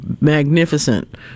magnificent